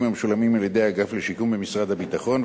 המשולמים על-ידי האגף לשיקום במשרד הביטחון,